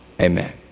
Amen